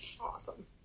Awesome